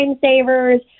savers